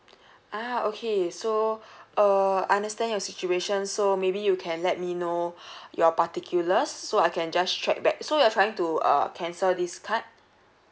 ah okay so uh I understand your situation so maybe you can let me know your particulars so I can just track back so you're trying to uh cancel this card